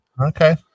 Okay